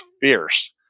fierce